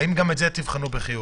האם גם את זה תבחנו בחיוב,